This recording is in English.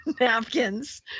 napkins